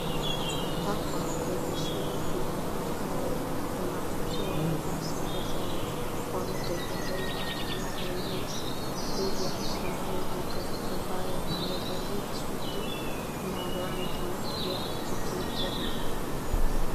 Hapa kwenye shule hii, ambayo wanafunzi wamevaa sare zao, wametembelewa na rais William Samoei Ruto, ambaye amevalia suti la rangi ya kijivu.